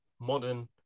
modern